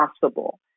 possible